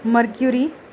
mercury